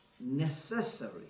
necessary